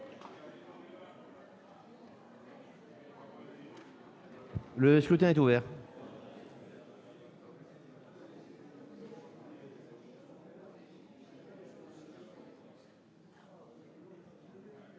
Le scrutin est ouvert.